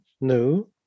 no